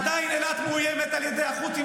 אילת עדיין מאוימת על ידי הח'ותים,